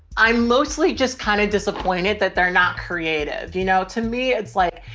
i'm mostly just kind of disappointed that they're not creative. you know? to me it's like,